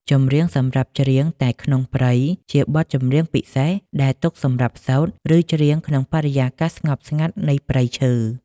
ចម្រៀងសម្រាប់ច្រៀងតែក្នុងព្រៃ ជាបទចម្រៀងពិសេសដែលទុកសម្រាប់សូត្រ ឬច្រៀងក្នុងបរិយាកាសស្ងប់ស្ងាត់នៃព្រៃឈើ។